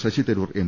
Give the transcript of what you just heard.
Sasi Tharoor M